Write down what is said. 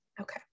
okay